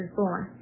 born